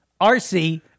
RC